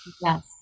Yes